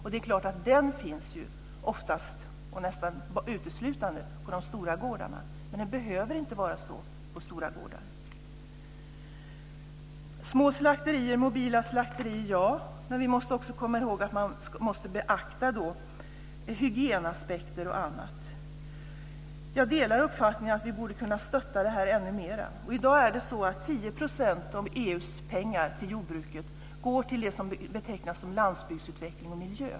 Det är klart att den finns ju nästan uteslutande på de stora gårdarna, men det behöver inte vara så på stora gårdar. När det gäller små slakterier och mobila slakterier måste vi också komma ihåg att beakta hygienaspekter och annat. Jag delar uppfattningen att vi borde kunna stötta detta ännu mer. I dag går 10 % av EU:s pengar till jordbruket till det som betecknas som landsbygdsutveckling och miljö.